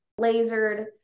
lasered